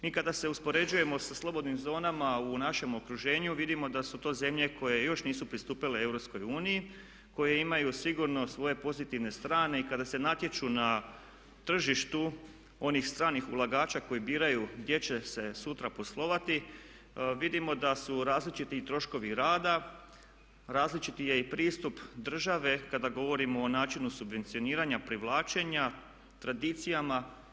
Mi kada se uspoređujemo sa slobodnim zonama u našem okruženju vidimo da su to zemlje koje još nisu pristupile EU, koje imaju sigurno svoje pozitivne strane i kada se natječu na tržištu onih stranih ulagača koji biraju gdje će se sutra poslovati vidimo da su različiti i troškovi rada, različiti je i pristup države kada govorimo o načinu subvencioniranja, privlačenja, tradicijama.